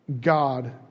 God